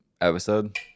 episode